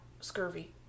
Scurvy